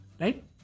right